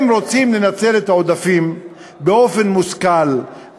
אם רוצים לנצל את העודפים באופן מושכל,